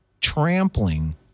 trampling